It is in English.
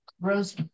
Rose